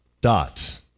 dot